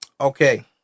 Okay